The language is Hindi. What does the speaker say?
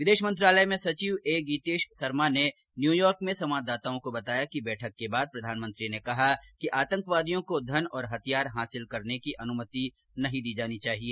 विदेश मंत्रालय में सचिव ए गीतेश सरमा ने न्यूयार्क में संवाददाताओं को बताया कि बैठक के बाद प्रधानमंत्री ने कहा कि आतंकवादियों को धन और हथियार हासिल करने की अनुमति नहीं दी जानी चाहिए